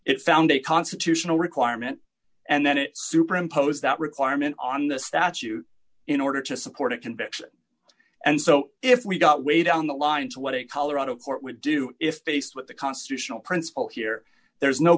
it found a constitutional requirement and then it superimpose that requirement on the statue in order to support a conviction and so if we got way down the line to what a colorado court would do if faced with the constitutional principle here there's no